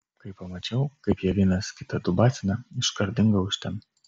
kai pamačiau kaip jie vienas kitą dubasina iškart dingau iš ten